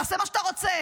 תעשה מה שאתה רוצה.